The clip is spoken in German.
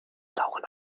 sauren